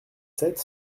sept